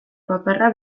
paparra